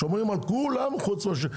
שומרים על כולם, חוץ מאשר עליהם.